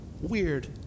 weird